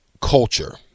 culture